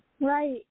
Right